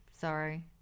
Sorry